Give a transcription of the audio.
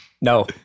No